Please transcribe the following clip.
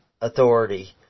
authority